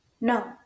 No